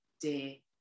day